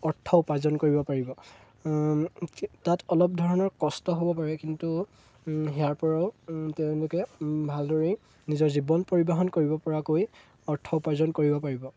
অৰ্থ উপাৰ্জন কৰিব পাৰিব তাত অলপ ধৰণৰ কষ্ট হ'ব পাৰে কিন্তু তাৰপৰাও তেওঁলোকে ভালদৰেই নিজৰ জীৱন পৰিবহণ কৰিব পৰাকৈ অৰ্থ উপাৰ্জন কৰিব পাৰিব